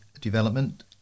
Development